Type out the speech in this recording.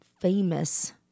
famous